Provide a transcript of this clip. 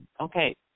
okay